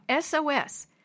SOS